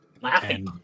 laughing